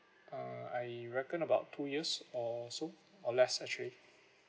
uh I reckon about two years or so or less actually